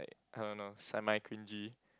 like I don't know semi cringey